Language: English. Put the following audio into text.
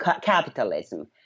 capitalism